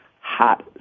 Hot